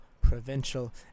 provincial